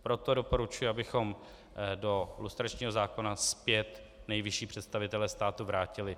Proto doporučuji, abychom do lustračního zákona zpět nejvyšší představitele státu vrátili.